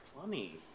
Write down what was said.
funny